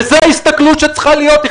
זאת ההסתכלות שצריכה להיות.